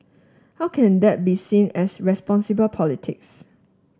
how can that be seen as responsible politics